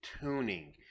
tuning